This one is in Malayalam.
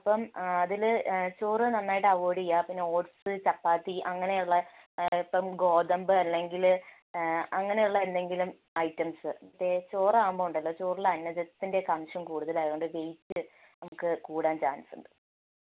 അപ്പം ആ അതിൽ ചോറ് നന്നായിട്ട് അവോയ്ഡ് ചെയ്യുക പിന്നെ ഓട്സ് ചപ്പാത്തി അങ്ങനെ ഉള്ള ഇപ്പം ഗോതമ്പ് അല്ലെങ്കിൽ അങ്ങനെ ഉള്ള എന്തെങ്കിലും ഐറ്റംസ് ദേ ചോറാവുമ്പം ഉണ്ടല്ലൊ ചോറിൽ അന്നജത്തിൻറ്റെ ഒക്കെ അംശം കൂടുതൽ ആയതുകൊണ്ട് വെയിറ്റ് നമുക്ക് കൂടാൻ ചാൻസ് ഉണ്ട്